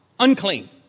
Unclean